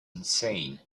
insane